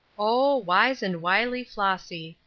oh wise and wily flossy!